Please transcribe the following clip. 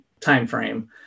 timeframe